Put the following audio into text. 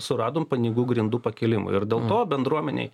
suradom panigų grindų pakėlimui ir dėl to bendruomenėj